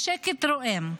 בשקט רועם.